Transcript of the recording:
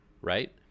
right